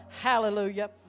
Hallelujah